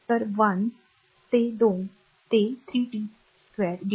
तर 1 ते 2 ते 3 t 2 dt